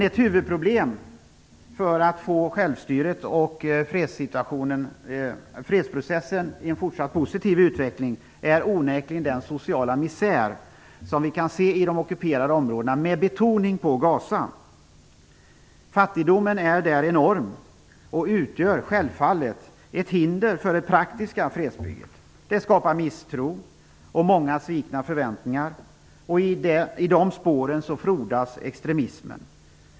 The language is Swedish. Ett huvudproblem när det gäller att få självstyret och fredsprocessen att fortsätta utvecklas positivt är onekligen den sociala misär vi kan se i de ockuperade områdena med betoning på Gaza. Fattigdomen där är enorm och utgör självfallet ett hinder för det praktiska fredsbygget. Det skapar misstro och många svikna förväntningar. I de spåren frodas extremismen.